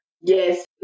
Yes